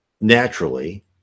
naturally